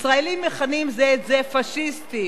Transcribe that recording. ישראלים מכנים זה את זה פאשיסטים